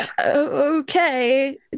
Okay